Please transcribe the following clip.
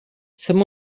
some